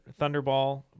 Thunderball